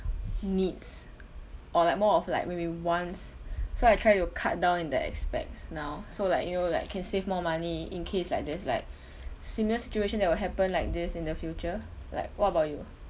needs or like more of like maybe wants so I try to cut down in that aspects now so like you know like can save more money in case like there's like similar situation that will happen like this in the future like what about you